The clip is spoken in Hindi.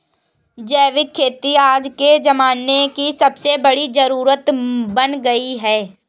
जैविक खेती आज के ज़माने की सबसे बड़ी जरुरत बन गयी है